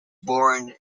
born